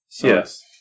Yes